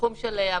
בתחום של אבטחה...